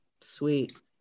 Sweet